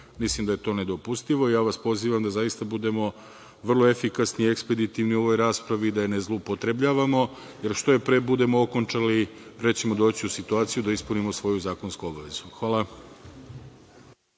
Mislim da je to nedopustivo i ja vas pozivam da zaista budemo vrlo efikasni i ekspeditivni u ovoj raspravi i da je ne zloupotrebljavamo, jer što je pre budemo okončali, pre ćemo doći u situaciju da ispunimo svoju zakonsku obavezu. Hvala.